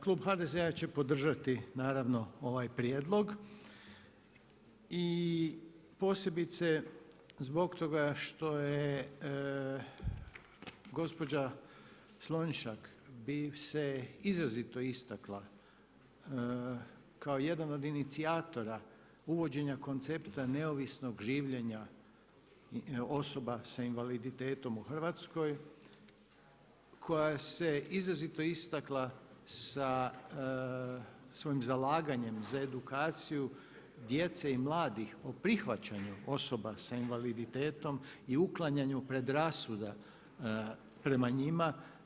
Klub HDZ-a će podržati naravno ovaj prijedlog i posebice zbog toga što je gospođa Slonjšak se izrazito istakla kao jedan od inicijatora uvođenja koncepta neovisnog življenja osoba sa invaliditetom u Hrvatskoj koja se izrazito istakla sa svojim zalaganjem za edukaciju djece i mladih o prihvaćanju osoba sa invaliditetom i uklanjanju predrasuda prema njima.